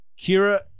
Kira